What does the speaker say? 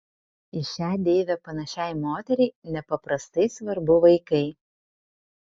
į šią deivę panašiai moteriai nepaprastai svarbu vaikai